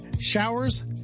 showers